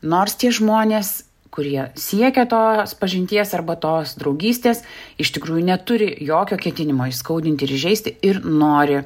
nors tie žmonės kurie siekia tos pažinties arba tos draugystės iš tikrųjų neturi jokio ketinimo įskaudinti ir įžeisti ir nori